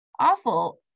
awful